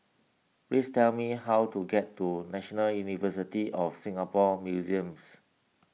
please tell me how to get to National University of Singapore Museums